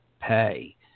pay